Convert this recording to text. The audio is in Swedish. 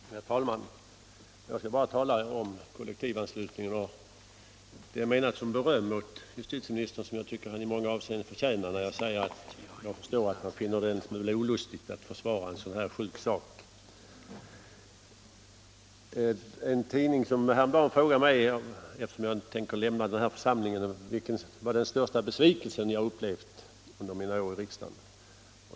Herr talman! Jag skall bara tala om kollektivanslutningen. Det är menat som beröm åt justitieministern — vilket jag tycker att han i många avseenden förtjänar — när jag säger att jag förstår att han finner det en smula olustigt att försvara en sådan här sjuk sak. En tidning frågade mig häromdagen, eftersom jag tänker lämna den här församlingen, vilken som var den största besvikelse jag upplevt under mina år i riksdagen.